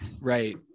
Right